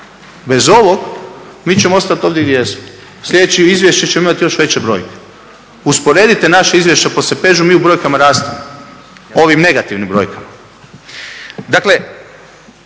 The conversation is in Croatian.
Bez ovog mi ćemo ostati ovdje gdje jesmo. Sljedeće izvješće ćemo imati još veće brojke. Usporedite naše izvješće po …/Govornik se ne razumije./… mi u brojkama rastemo, ovim negativnim brojkama.